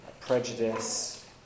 prejudice